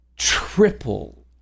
Triple